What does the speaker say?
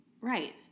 right